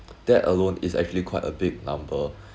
that alone is actually quite a big number